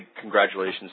congratulations